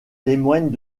témoignent